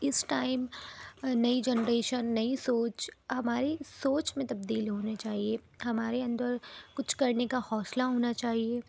اس time نئی generation نئی سوچ ہماری سوچ میں تبدیل ہونی چاہیے ہمارے اندر کچھ کرنے کا حوصلہ ہونا چاہیے